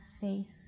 faith